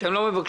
אתם לא מבקשים.